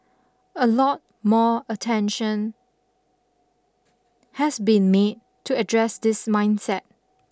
a lot more attention has been made to address this mindset